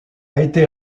été